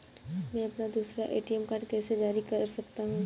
मैं अपना दूसरा ए.टी.एम कार्ड कैसे जारी कर सकता हूँ?